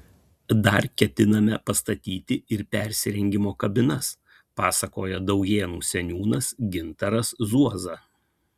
dar ketiname pastatyti ir persirengimo kabinas pasakoja daujėnų seniūnas gintaras zuoza